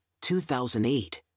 2008